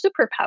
superpower